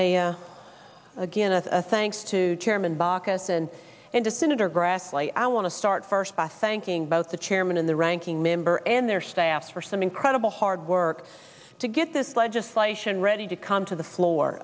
i again as a thanks to chairman baucus and and to senator grassley i want to start first by thanking both the chairman and the ranking member and their staff for some incredible hard work to get this legislation ready to come to the floor